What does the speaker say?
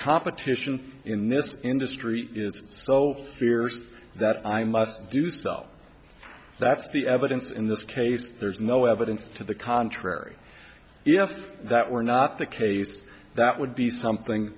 competition in this industry is so fierce that i must do sell that's the evidence in this case there's no evidence to the contrary if that were not the case that would be something